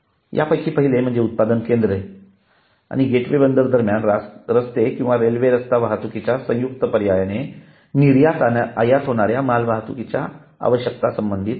यापैकी पहिले म्हणजे उत्पादन केंद्रे आणि गेटवे बंदर दरम्यान रस्ते किंवा रेल्वे रस्ता वाहतुकीच्या संयुक्त पर्यायाने निर्यात आयात होणाऱ्या मालवाहतूकीच्या आवश्यकतांशी संबंधित आहे